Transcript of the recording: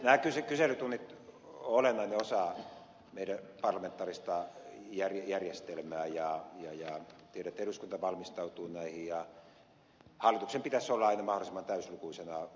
nämä kyselytunnit ovat olennainen osa meidän parlamentaarista järjestelmäämme ja tiedän että eduskunta valmistautuu näihin ja hallituksen pitäisi olla aina mahdollisimman täysilukuisena paikalla